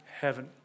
heaven